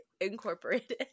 Incorporated